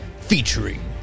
Featuring